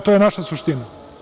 To je naša suština.